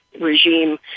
regime